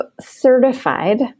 certified